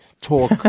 talk